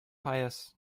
pious